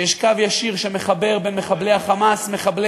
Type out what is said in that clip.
שיש קו ישיר שמחבר בין מחבלי ה"חמאס" ומחבלי